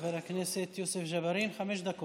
בבקשה, חבר הכנסת יוסף ג'בארין, חמש דקות.